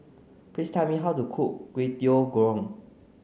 please tell me how to cook Kway Teow Goreng